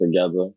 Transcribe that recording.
together